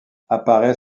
apparaît